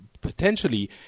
potentially